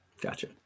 Gotcha